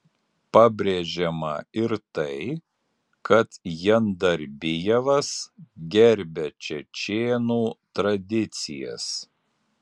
pabrėžiama ir tai kad jandarbijevas gerbia čečėnų tradicijas